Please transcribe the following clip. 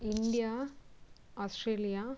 India Australia